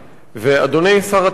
ואדוני שר התמ"ת,